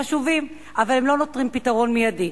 חשובים אבל הם לא נותנים פתרון מיידי.